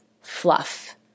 fluff